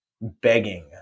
begging